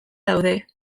daude